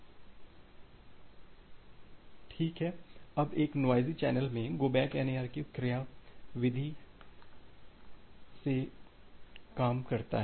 ठीक है अब एक नोइज़ी चैनल में गो बैक N ARQ क्रियाविधिइस तरह से काम करता है